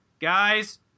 Guys